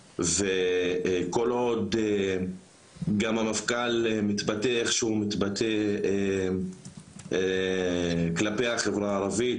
וכל עוד גם המפכ"ל מתבטא איך שהוא מתבטא כלפי החברה הערבית,